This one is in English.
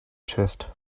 chest